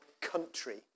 country